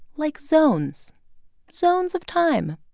like zones zones of time.